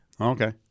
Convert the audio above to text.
Okay